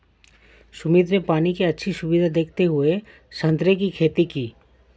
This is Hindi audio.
सुमित ने पानी की अच्छी सुविधा देखते हुए संतरे की खेती की